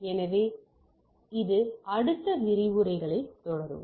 எனவே இது அடுத்தடுத்த விரிவுரைகளில் தொடருவோம்